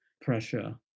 pressure